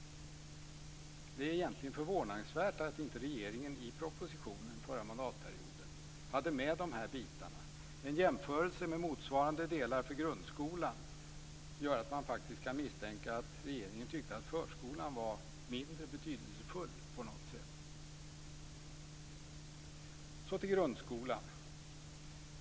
Det är egentligen förvånansvärt att inte regeringen i propositionen förra mandatperioden hade med detta. I jämförelse med motsvarande delar för grundskolan gör att man faktiskt kan misstänka att regeringen tyckte att förskolan på något sätt var mindre betydelsefull. Så till grundskolan.